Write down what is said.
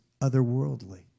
otherworldly